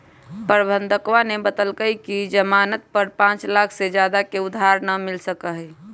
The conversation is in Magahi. प्रबंधकवा ने बतल कई कि ई ज़ामानत पर पाँच लाख से ज्यादा के उधार ना मिल सका हई